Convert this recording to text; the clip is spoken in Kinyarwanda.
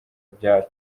bya